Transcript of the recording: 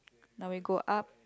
now we go up